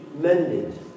mended